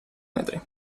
metri